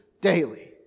daily